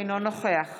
אינו נוכח